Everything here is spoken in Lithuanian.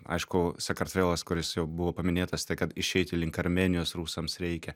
aišku sakartvelas kuris jau buvo paminėtas tai kad išeiti link armėnijos rusams reikia